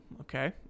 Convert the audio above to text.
Okay